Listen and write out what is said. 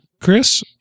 Chris